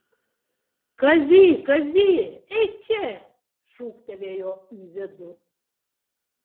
kazy kazy eik čia šūktelėjo į vidų